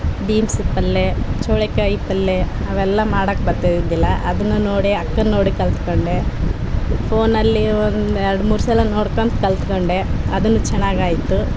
beans ಪಲ್ಯೆ ಚೋಳೆಕಾಯಿ ಪಲ್ಯೆ ಅವೆಲ್ಲಾ ಮಾಡೋಕ್ ಬರ್ತಾ ಇದ್ದಿಲ್ಲಾ ಅದನ್ನ ನೋಡಿ ಅಕ್ಕನ ನೋಡಿ ಕಲಿತ್ಕೊಂಡೆ ಫೋನಲ್ಲಿ ಒಂದೆರಡು ಮೂರುಸಲ ನೋಡ್ಕೊಂಡು ಕಲಿತ್ಕೊಂಡೆ ಅದು ಚೆನ್ನಾಗ್ ಆಯಿತು